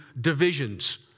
divisions